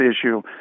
issue